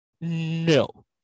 No